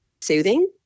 soothing